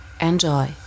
Enjoy